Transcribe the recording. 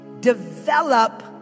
Develop